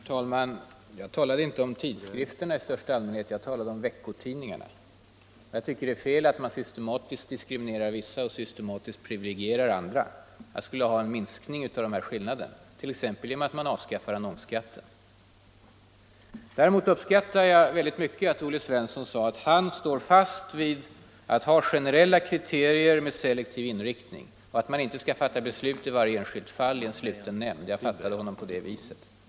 Herr talman! Jag talade inte om ”tidskrifterna” i största allmänhet utan om veckotidningarna. Det är fel att man systematiskt diskriminerar vissa och systematiskt privilegierar andra. Jag skulle vilja ha en minskning av de här skillnaderna, t.ex. genom att man avskaffar annonsskatten. Däremot uppskattar jag mycket att Olle Svensson sade att han står fast vid att ha generella kriterier med selektiv inriktning och att man inte skall fatta beslut i varje enskilt fall i en sluten nämnd. Det är jag glad för.